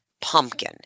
pumpkin